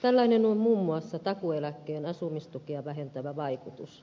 tällainen on muun muassa takuueläkkeen asumistukea vähentävä vaikutus